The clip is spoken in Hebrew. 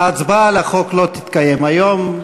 ההצבעה על החוק לא תתקיים היום.